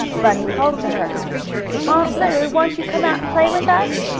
bunny called to her aunt lu, won't you come out and play with us?